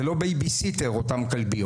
זה לא בייביסיטר, אותן כלביות.